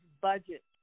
budget